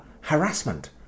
Harassment